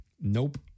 nope